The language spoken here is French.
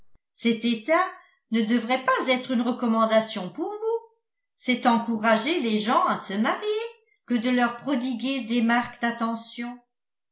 cet état ne devrait pas être une recommandation pour vous c'est encourager les gens à se marier que de leur prodiguer des marques d'attention